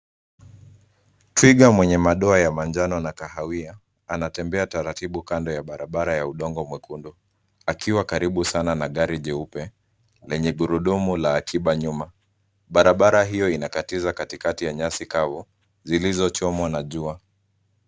Twiga mwenye madoa ya manjano na kahawia, anatembea taratibu kando ya barabara ya udongo mwekundu. Akiwa karibu sana na gari jeupe lenye gurudumu la akiba nyuma. Barabara hio inakatiza katikati ya nyasi kavu, zilizochomwa na jua.